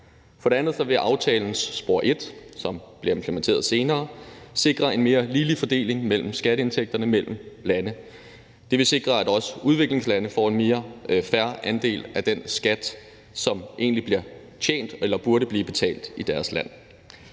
For det andet vil aftalens spor et, som bliver implementeret senere, sikre en mere ligelig fordeling af skatteindtægterne mellem lande. Det vil sikre, at også udviklingslande får en mere fair andel af den skat, som egentlig bliver tjent eller burde blive betalt i deres land.